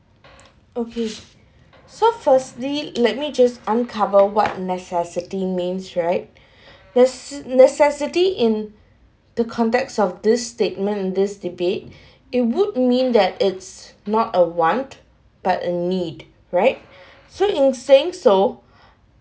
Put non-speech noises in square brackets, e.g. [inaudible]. okay so firstly let me just uncover what necessity means right [breath] necess~ necessity in the context of this statement this debate [breath] it would mean that it's not a want but a need right [breath] so in saying so